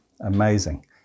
Amazing